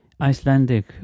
Icelandic